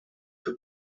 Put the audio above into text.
the